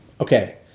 Okay